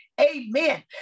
Amen